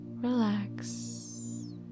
Relax